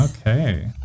okay